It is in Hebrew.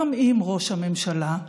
גם אם, ראש הממשלה,